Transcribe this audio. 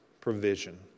provision